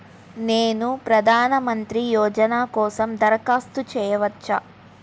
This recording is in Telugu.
నేను ప్రధాన మంత్రి యోజన కోసం దరఖాస్తు చేయవచ్చా?